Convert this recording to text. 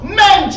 men